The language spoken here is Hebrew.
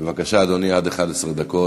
בבקשה, אדוני, עד 11 דקות.